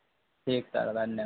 ठीक सर धन्य